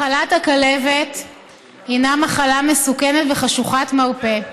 מחלת הכלבת הינה מחלה מסוכנת וחשוכת מרפא,